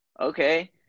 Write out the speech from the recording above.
okay